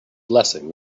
blessing